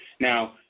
Now